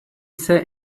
say